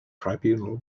tribunal